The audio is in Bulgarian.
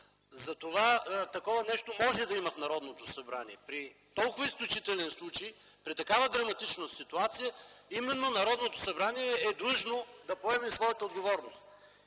Затова такова нещо може да има в Народното събрание. При толкова изключителен случай, при такава драматична ситуация именно Народното събрание е длъжно да поеме своята отговорност